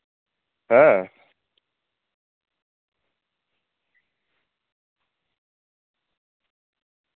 ᱦᱮᱸ